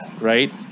right